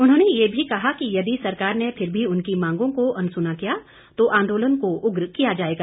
उन्होंने ये भी कहा कि यदि सरकार ने फिर भी उनकी मांगों को अनसुना किया तो आंदोलन को उग्र किया जाएगा